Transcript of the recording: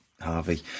Harvey